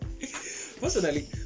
Personally